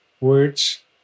words